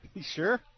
sure